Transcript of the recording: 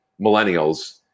millennials